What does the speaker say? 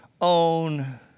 own